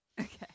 Okay